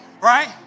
right